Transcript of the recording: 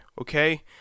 okay